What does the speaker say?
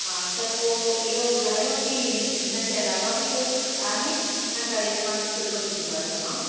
हा त पोइ इहो ॿुधायो की हिन हिनजे अलावा बि ॿियो कुझन आहे या करिशमा सुठो थींदो आहे तमामु